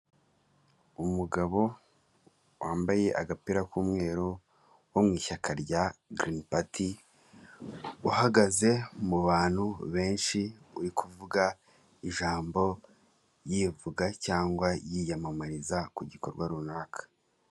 Umugabo wambaye agapira k'umweru wo mu ishyaka rya Girinipati, uhagaze mu bantu benshi, uri kuvuga ijambo, yivuga cyangwa yiyamamariza ku gikorwa runaka.